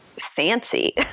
fancy